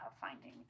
finding